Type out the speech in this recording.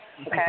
Okay